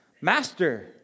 master